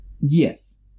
Yes